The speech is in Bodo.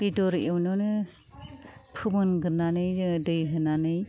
बेदर एवनायावनो फोमोनगोरनानै जोङो दै होनानै